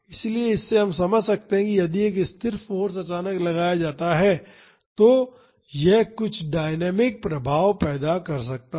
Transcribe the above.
इसलिए इससे हम समझ सकते हैं कि यदि एक स्थिर फाॅर्स अचानक लगाया जाता है तो यह कुछ डायनामिक प्रभाव पैदा कर सकता है